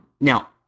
Now